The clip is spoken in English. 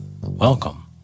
Welcome